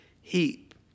heap